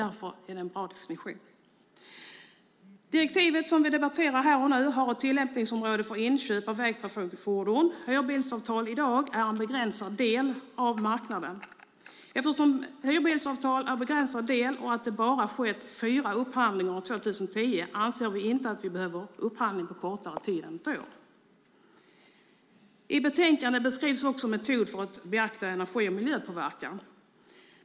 Därför är detta en bra definition. Det direktiv som vi debatterar har ett tillämpningsområde för inköp av vägtrafikfordon. Hyrbilsavtal är en begränsad del av marknaden. Eftersom hyrbilsavtal är en begränsad del och att det bara skett fyra upphandlingar år 2010 anser vi inte att vi behöver upphandling på kortare tid än ett år. I betänkandet beskrivs också en metod för att beakta energi och miljöpåverkan.